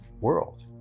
world